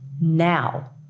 now